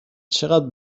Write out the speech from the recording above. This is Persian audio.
چقد